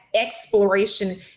exploration